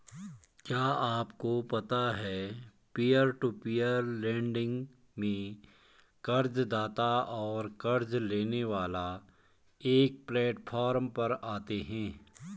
क्या आपको पता है पीयर टू पीयर लेंडिंग में कर्ज़दाता और क़र्ज़ लेने वाला एक प्लैटफॉर्म पर आते है?